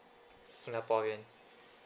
singaporean